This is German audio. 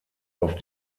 auf